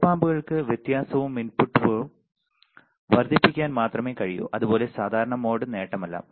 ഒപ്പ് ആമ്പുകൾക്ക് വ്യത്യാസവും ഇൻപുട്ടുകളും വർദ്ധിപ്പിക്കാൻ മാത്രമേ കഴിയൂ അതുപോലെ സാധാരണ മോഡ് നേട്ടമല്ല